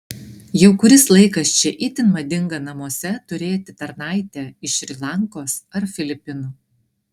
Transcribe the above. jau kuris laikas čia itin madinga namuose turėti tarnaitę iš šri lankos ar filipinų